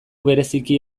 bereziki